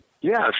Yes